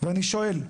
ואני שואל,